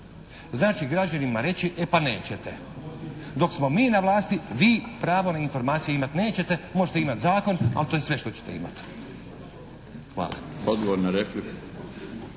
Znači građanima reći e pa nećete! Dok smo mi na vlasti, vi pravo na informacije imat nećete, možete imati zakon ali to je sve što ćete imati! Hvala. **Milinović,